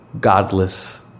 godless